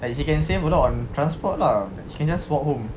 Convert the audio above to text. like she can save a lot on transport lah she can just walk home